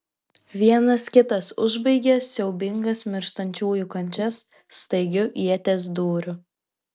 vienas kitas užbaigė siaubingas mirštančiųjų kančias staigiu ieties dūriu